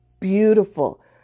beautiful